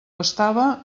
estava